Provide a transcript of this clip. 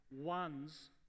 ones